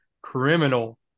Criminal